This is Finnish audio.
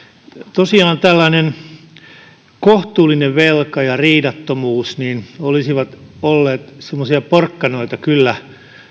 tosiaan kohtuullinen velka ja riidattomuus olisivat olleet semmoisia porkkanoita kyllä